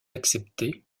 acceptée